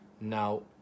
now